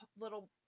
little